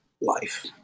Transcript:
life